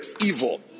evil